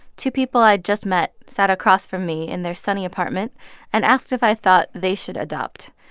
two people i'd just met sat across from me in their sunny apartment and asked if i thought they should adopt.